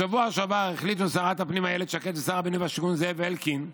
בשבוע שעבר החליטו שרת הפנים אילת שקד ושר הבינוי והשיכון זאב אלקין,